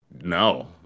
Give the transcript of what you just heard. no